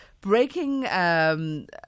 Breaking